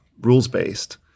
rules-based